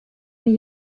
nie